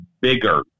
bigger